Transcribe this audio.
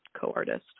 co-artist